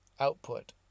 output